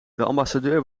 ambassadeur